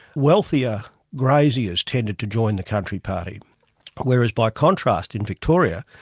wealthier graziers tended to join the country party whereas by contrast in victoria,